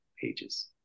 pages